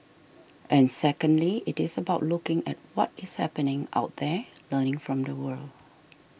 and secondly it is about looking at what is happening out there learning from the world